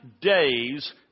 days